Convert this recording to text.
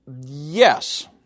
yes